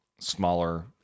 smaller